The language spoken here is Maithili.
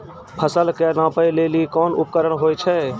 फसल कऽ नापै लेली कोन उपकरण होय छै?